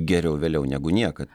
geriau vėliau negu niekad